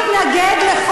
את הגנת עלי בוועדת החינוך?